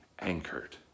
anchored